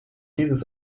dieses